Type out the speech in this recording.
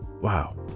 Wow